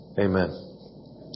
Amen